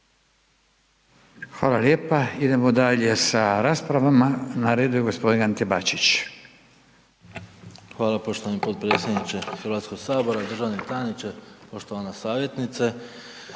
Hvala lijepa. Idemo dalje sa raspravama, na redu je g. Ante Bačić. **Bačić, Ante (HDZ)** Hvala poštovani potpredsjedniče Hrvatskog sabora, državni tajniče, poštovana savjetnice.